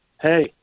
hey